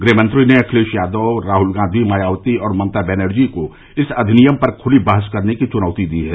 गृहमंत्री ने अखिलेश यादव राहुल गांधी मायावती और ममता बनर्जी को इस अधिनियम पर खुली बहस करने की चुनौती दी है